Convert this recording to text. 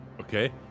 Okay